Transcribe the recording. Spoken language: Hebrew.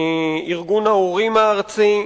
ארגון ההורים הארצי,